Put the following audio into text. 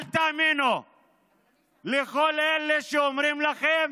אל תאמינו לכל אלה שאומרים לכם